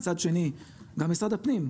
מצד שני גם משרד הפנים,